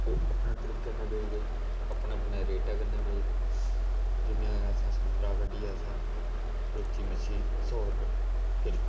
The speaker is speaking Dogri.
अपने तरीकै कन्नै बेचदे अपने अपने रेटै कन्नै बेचदे जियां असें समुंद्रा कड्ढियै असें बेची मच्छी सौ रपेआ किलो